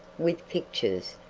with pictures,